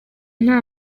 nta